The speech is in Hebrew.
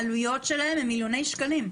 העלויות שלהם הם מיליוני שקלים.